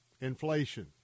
inflation